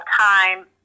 time